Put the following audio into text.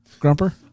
Grumper